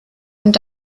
und